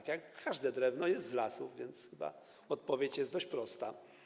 Każde drewno jest z lasów, więc chyba odpowiedź jest dość prosta.